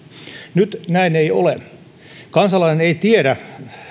nyt näin ei ole kansalainen ei tiedä